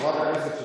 חברת הכנסת שטרית,